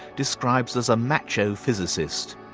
describes as a macho physicist.